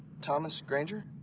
thomas granger?